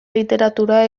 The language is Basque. literatura